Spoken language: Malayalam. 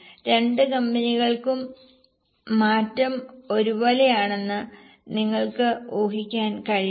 രണ്ടു കമ്പനികൾക്കും മാറ്റം ഒരുപോലെയാണെന്നു നിങ്ങൾക്ക് ഊഹിക്കാൻ കഴിയുമോ